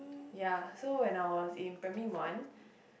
ya so when I was in primary one